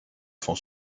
font